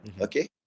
okay